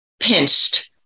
pinched